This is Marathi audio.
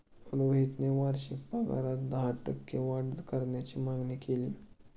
रोहितने वार्षिक पगारात दहा टक्के वाढ करण्याची मागणी केली